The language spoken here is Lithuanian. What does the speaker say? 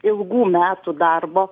ilgų metų darbo